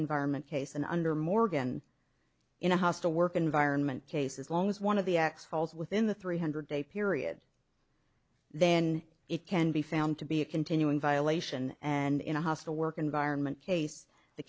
environment case and under morgan in a hostile work environment case as long as one of the ax falls within the three hundred day period then it can be found to be a continuing violation and in a hostile work environment case the